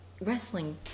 wrestling